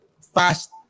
fast